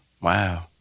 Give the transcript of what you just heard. Wow